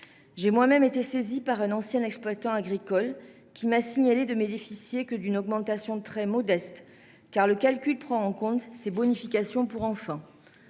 J'ai moi-même été saisie par un ancien exploitant agricole. Il m'a indiqué ne bénéficier que d'une augmentation très modeste, car le calcul prend en compte ses bonifications pour enfant.